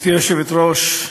גברתי היושבת-ראש,